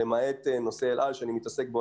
למעט נושא שיקום אל-על שאני מתעסק בו,